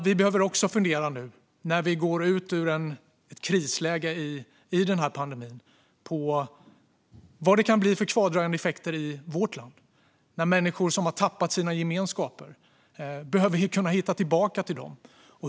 Vi behöver också nu när vi går ut ur ett krisläge i pandemin fundera på vad det kan bli för kvardröjande effekter i vårt land, när människor som har tappat sina gemenskaper behöver kunna hitta tillbaka till dem.